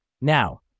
Now